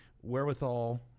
wherewithal